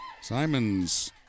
Simons